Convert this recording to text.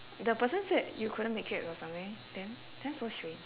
the person said you couldn't make it or something then that's so strange